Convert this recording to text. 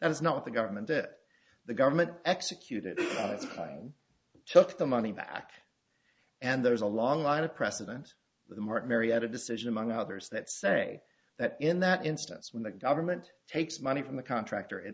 that is not the government that the government executed its crime took the money back and there's a long line of precedent the martin marietta decision among others that say that in that instance when the government takes money from the contractor